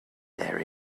there